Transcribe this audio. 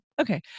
Okay